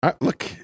Look